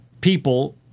people—